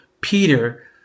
Peter